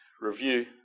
review